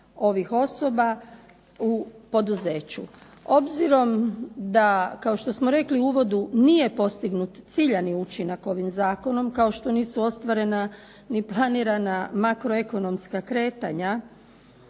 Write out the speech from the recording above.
ovih osoba u poduzeću. Obzirom da kao što smo rekli u uvodu nije postignuti ciljani učinak ovim zakonom, kao što nisu ostvarena ni planirana makroekonomska kretanja,